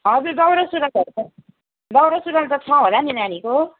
हजुर दौरा सुरुवालहरू त दौरा सुरुवाल त छ होला नि नानीको